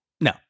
No